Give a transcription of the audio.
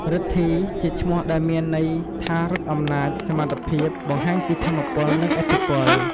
រិទ្ធីជាឈ្មោះដែល មានន័យថាឫទ្ធិអំណាច សមត្ថភាព បង្ហាញពីថាមពលនិងឥទ្ធិពល។